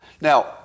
Now